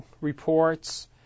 reports